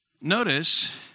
Notice